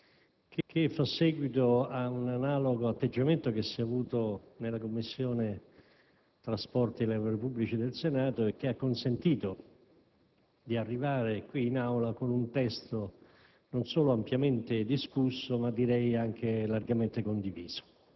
dei trasporti*. Vorrei anzitutto dare atto dell'atteggiamento assolutamente costruttivo con cui si è svolta la discussione anche questa sera in Aula,